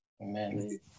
Amen